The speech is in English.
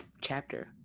chapter